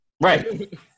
Right